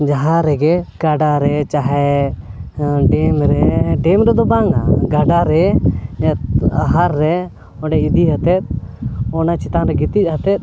ᱡᱟᱦᱟᱸ ᱨᱮᱜᱮ ᱜᱟᱰᱟ ᱨᱮ ᱪᱟᱦᱮᱮ ᱰᱮᱢ ᱨᱮ ᱰᱮᱢ ᱨᱮᱫᱚ ᱵᱟᱝᱟ ᱜᱟᱰᱟᱨᱮ ᱟᱦᱟᱨ ᱨᱮ ᱚᱸᱰᱮ ᱤᱫᱤ ᱟᱛᱮᱫ ᱚᱱᱟ ᱪᱮᱛᱟᱱ ᱨᱮ ᱜᱤᱛᱤᱡ ᱟᱛᱮᱫ